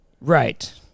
right